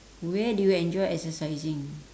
where do you enjoy exercising